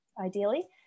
ideally